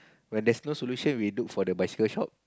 when there's no solution we look for the bicycle shop